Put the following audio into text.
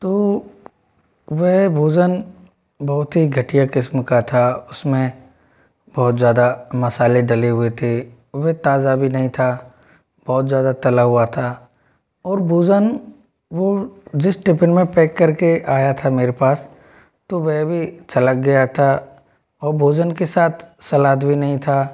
तो वह भोजन बहुत ही घटिया किसम था वह उसमें बहुत ज़्यादा मसाले डले हुए थे वह ताजा भी नहीं था बहुत ज़्यादा तला हुआ था और भोजन वो जिस टिफिन में पैक करके आया था मेरे पास तो वह भी छलक गया था और भोजन के साथ सलाद भी नहीं था